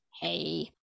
Hey